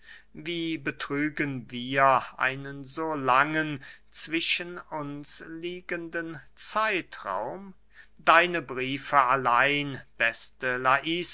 wie betrügen wir einen so langen zwischen uns liegenden zeitraum deine briefe allein beste